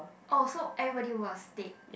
oh so everybody was dead